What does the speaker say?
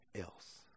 else